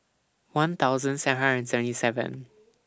one thousand seven hundred and seventy seven